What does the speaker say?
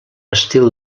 estil